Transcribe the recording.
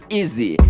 easy